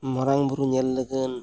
ᱢᱟᱨᱟᱝ ᱵᱩᱨᱩ ᱧᱮᱞ ᱞᱟᱹᱜᱤᱫ